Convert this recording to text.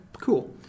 Cool